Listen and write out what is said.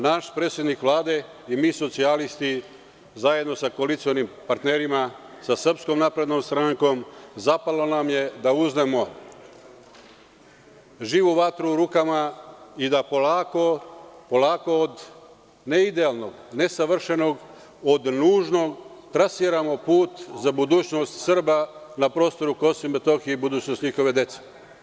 Naš predsednik Vlade i mi socijalisti, zajedno sa koalicionim partnerima, sa SNS zapelo nam je da uzmemo živu vatru u rukama i da polako, ne od idealnog, ne od savršenog, od nužnog trasiramo put za budućnost Srba na prostoru Kosova i Metohije i budućnost njihove dece.